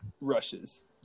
rushes